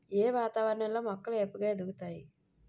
ఏ వాతావరణం లో మొక్కలు ఏపుగ ఎదుగుతాయి?